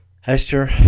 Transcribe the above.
Hester